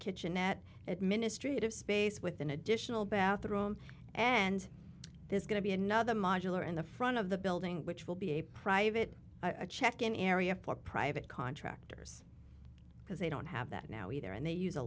kitchenette administrative space with an additional bathroom and there's going to be another modular in the front of the building which will be a private check in area for private contractors because they don't have that now either and they use a